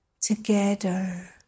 together